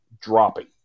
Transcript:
dropping